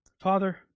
Father